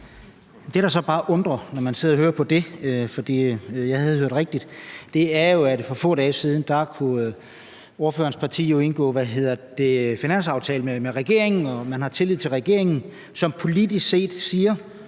Det, der så bare undrer, når man sidder og hører på det – for jeg havde hørt rigtigt – er, at for få dage siden kunne ordførerens parti jo indgå finanslovsaftale med regeringen, ligesom man har tillid til regeringen, som siger,